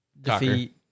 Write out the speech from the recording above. defeat